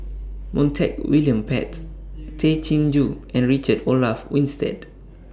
Montague William Pett Tay Chin Joo and Richard Olaf Winstedt